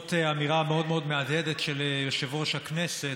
למרות האמירה המאוד-מאוד מהדהדת של יושב-ראש הכנסת,